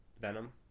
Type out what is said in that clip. Venom